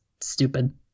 stupid